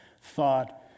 thought